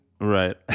Right